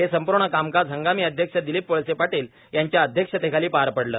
हे संपूर्ण कामकाम हंगामी अध्यक्ष दिलीप वळसे पादील यांच्या अध्यक्षतेखाली पार पडले